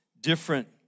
different